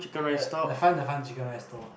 the the front the front chicken rice stall